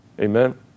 Amen